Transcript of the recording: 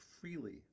freely